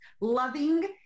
loving